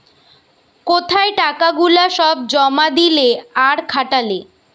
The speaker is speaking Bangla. কোথায় টাকা গুলা সব জমা দিলে আর খাটালে